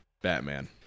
Batman